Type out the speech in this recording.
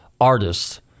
artists